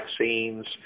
vaccines